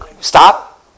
stop